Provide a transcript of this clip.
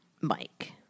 Mike